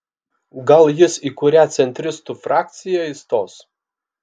gal jis į kurią centristų frakciją įstos